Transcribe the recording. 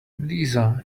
lisa